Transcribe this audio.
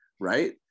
right